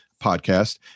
podcast